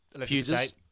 Fuses